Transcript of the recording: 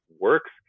works